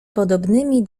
podobnymi